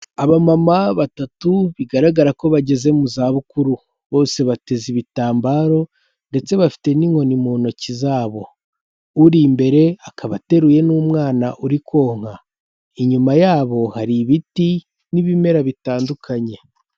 Aba mama batatu bigaragara ko bageze mu zabukuru, bose bateze ibitambaro ndetse bafite n'inkoni mu ntoki zabo, uri imbere akaba ateruye n'umwana uri ko nka, inyuma y'abo hari ibiti n'ibimera bitandukanye.